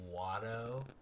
Watto